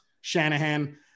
Shanahan